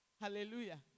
Hallelujah